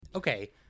Okay